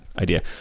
idea